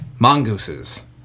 mongooses